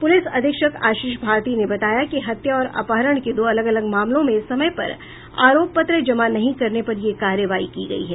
police अधीक्षक आशीष भारती ने बताा कि हत्या और अपहरण के दो अलग अलग मामलों में समय पर आरोप पत्र जमा नहीं करने पर यह कार्रवाई की गयी है